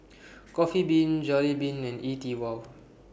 Coffee Bean Jollibean and E TWOW